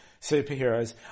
superheroes